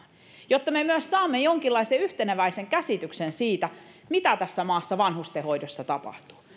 jotta me saamme myös jonkinlaisen yhteneväisen käsityksen siitä mitä tässä maassa vanhustenhoidossa tapahtuu